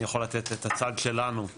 אני יכול לתת את הצד שלנו.